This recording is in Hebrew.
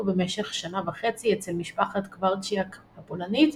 במשך כשנה וחצי אצל משפחת קוורצ'יאק הפולנית,